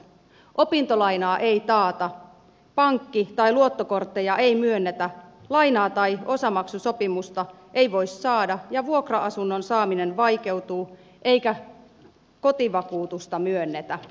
opintolainaa ei taata pankki tai luottokortteja ei myönnetä lainaa tai osamaksusopimusta ei voi saada ja vuokra asunnon saaminen vaikeutuu eikä kotivakuutusta myönnetä